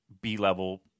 B-level